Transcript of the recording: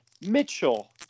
Mitchell